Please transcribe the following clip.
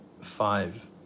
five